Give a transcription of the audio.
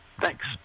thanks